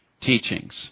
teachings